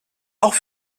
auch